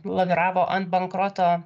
laviravo ant bankroto